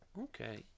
okay